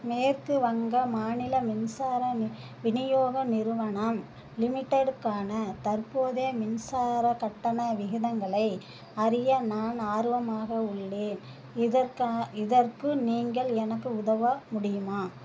மேற்கு வங்க மாநில மின்சார வி விநியோக நிறுவனம் லிமிட்டெடுக்கான தற்போதைய மின்சாரக் கட்டண விகிதங்களை அறிய நான் ஆர்வமாக உள்ளேன் இதற்கா இதற்கு நீங்கள் எனக்கு உதவ முடியுமா